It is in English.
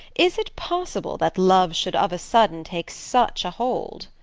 is it possible that love should of a sudden take such hold?